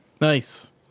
Nice